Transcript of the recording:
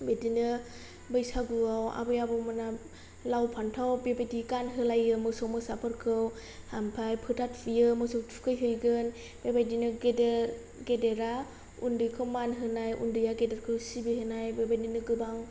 बिदिनो बैसागुआव आबै आबौमोनहा लाव फान्थाव बेबायदि गानहोलायो मोसौ मोसाफोरखौ आमफाय फोथा थुयो मोसौ थुखैहैगोन बेबायदिनो गेदेर गेदेरा उन्दैखौ मान होनाय उन्दैआ गेदेरखौ सिबिहोनाय बेबायदिनो गोबां